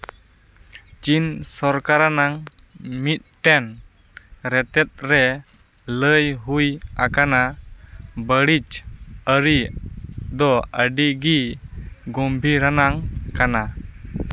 ᱪᱤᱱ ᱥᱚᱨᱠᱟᱨᱟᱱᱟᱝ ᱢᱤᱫᱴᱮᱱ ᱨᱮᱛᱮᱫ ᱨᱮ ᱞᱟᱹᱭ ᱦᱩᱭ ᱟᱠᱟᱱᱟ ᱵᱟᱹᱲᱤᱡ ᱟᱹᱨᱤ ᱫᱚ ᱟᱹᱰᱤ ᱜᱤ ᱜᱚᱢᱵᱷᱤᱨᱟᱱᱟᱝ ᱠᱟᱱᱟ